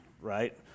right